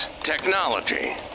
technology